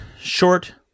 short